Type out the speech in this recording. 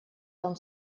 там